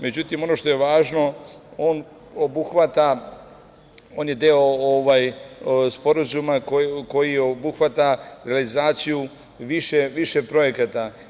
Međutim, ono što je važno, on obuhvata, on je deo sporazuma koji obuhvata realizaciju više projekata.